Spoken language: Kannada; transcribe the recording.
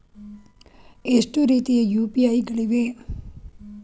ಎಷ್ಟು ರೀತಿಯ ಯು.ಪಿ.ಐ ಗಳಿವೆ?